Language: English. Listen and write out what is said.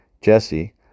Jesse